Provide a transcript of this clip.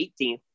18th